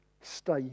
stay